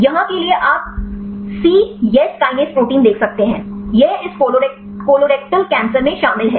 यहाँ के लिए आप सी यस कीनेस प्रोटीन देख सकते हैं यह इस कोलोरेक्टल कैंसर colorectal cancer में शामिल है